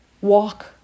walk